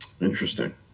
Interesting